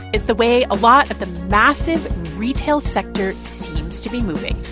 it's the way a lot of the massive retail sector seems to be moving.